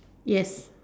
yes